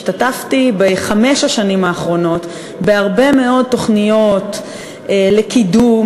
השתתפתי בחמש השנים האחרונות בהרבה מאוד תוכניות לקידום,